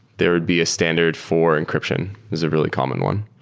there'd be a standard for encryption, is a really common one.